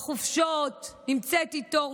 בחופשות נמצאת איתו,